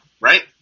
right